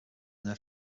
their